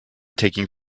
taking